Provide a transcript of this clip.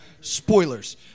spoilers